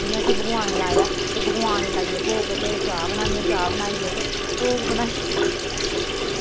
जियां कि भगवान गी लाया ते भगवान गी लाइयै भोग ते चाह् बनानी ऐ ते चाह् बनाइयै ते भोग बनाई